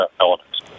elements